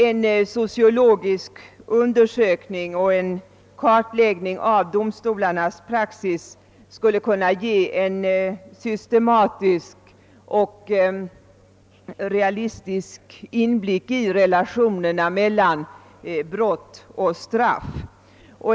En sociologisk undersökning och kartläggning av domstolarnas praxis skulle kunna ge en systematisk och realistisk inblick i relationerna mellan brott och straff.